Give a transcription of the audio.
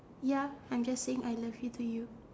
ya I'm just saying I love you to you